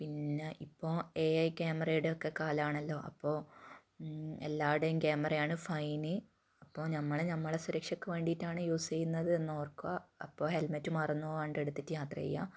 പിന്നെ ഇപ്പം A I ക്യാമറയുടെ ഒക്കെ കാലാമാണല്ലോ അപ്പോൾ എല്ലാടേം ക്യാമറയാണ് ഫൈൻ അപ്പം ഞമ്മൾ ഞമ്മള സുരക്ഷയ്ക്ക് വേണ്ടിയിട്ടാണ് യൂസ് ചെയ്യുന്നത് എന്ന് ഓർക്കുക അപ്പോൾ ഹെൽമറ്റ് മറന്നു പോകാണ്ടെടുത്തിട്ട് യാത്ര ചെയ്യുക